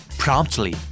Promptly